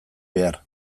behar